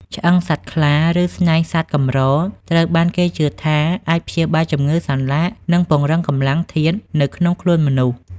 ឆ្អឹងសត្វខ្លា ឬស្នែងសត្វកម្រ ត្រូវបានគេជឿថាអាចព្យាបាលជំងឺសន្លាក់ និងពង្រឹងកម្លាំងធាតុនៅក្នុងខ្លួនមនុស្ស។